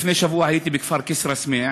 לפני שבוע הייתי בכפר כסרא-סמיע.